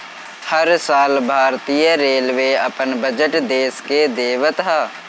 हर साल भारतीय रेलवे अपन बजट देस के देवत हअ